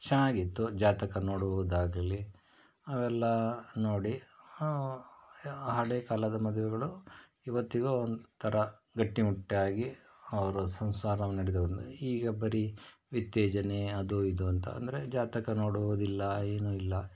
ಚೆನ್ನಾಗಿತ್ತು ಜಾತಕ ನೋಡುವುದಾಗಲಿ ಅವೆಲ್ಲ ನೋಡಿ ಹಳೆಯ ಕಾಲದ ಮದುವೆಗಳು ಇವತ್ತಿಗೂ ಒಂಥರ ಗಟ್ಟಿ ಮುಟ್ಟಾಗಿ ಅವರು ಸಂಸಾರವನ್ನು ನೆಡೆದು ಈಗ ಬರೀ ವಿಚ್ಛೇದನೆ ಅದೂ ಇದು ಅಂತ ಅಂದರೆ ಜಾತಕ ನೋಡುವುದಿಲ್ಲ ಏನೂ ಇಲ್ಲ